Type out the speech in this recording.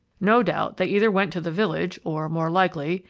no doubt they either went to the village, or, more likely,